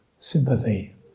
sympathy